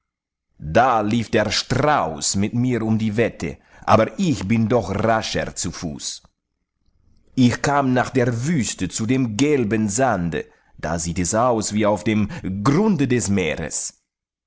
da lief der strauß mit mir um die wette aber ich bin doch rascher zu fuß ich kam nach der wüste zu dem gelben sande da sieht es aus wie auf dem grunde des meeres